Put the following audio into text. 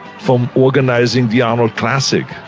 from organizing the arnold classic?